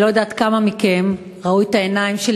אני לא יודעת כמה מכם ראו את העיניים של